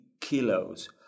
kilos